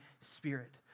Spirit